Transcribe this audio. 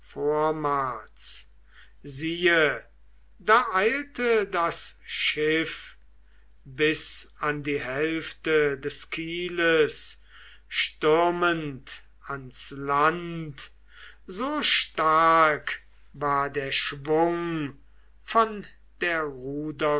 vormals siehe da eilte das schiff bis an die hälfte des kieles stürmend ans land so stark war der schwung von der